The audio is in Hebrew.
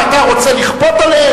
מה, אתה רוצה לכפות עליהם?